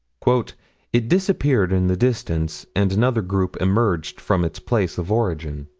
it disappeared in the distance, and another group emerged from its place of origin.